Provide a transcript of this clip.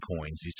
coins